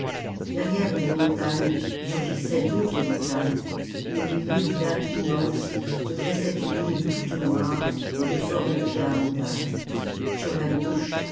derrière une montagne surgissaient d'autres montagnes et au milieu du lac immense se dressait une île toute noire et de forme pyramidale sur la gauche